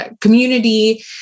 community